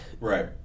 right